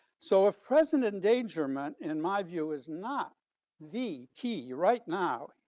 so, if present endangerment and my view is not the key right now,